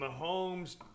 Mahomes